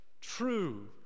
true